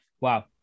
wow